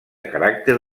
caràcter